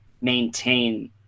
maintain